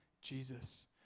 Jesus